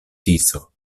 tiso